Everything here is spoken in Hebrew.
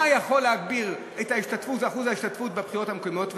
מה יכול להגביר את אחוז ההשתתפות בבחירות המקומיות,